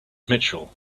mitchell